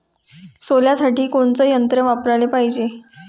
सोल्यासाठी कोनचं यंत्र वापराले पायजे?